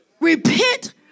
Repent